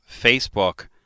Facebook